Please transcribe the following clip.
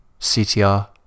CTR